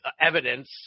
evidence